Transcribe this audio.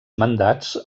mandats